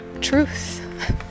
truth